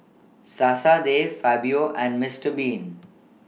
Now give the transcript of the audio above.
Sasa De Fabio and Mister Bean